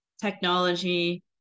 technology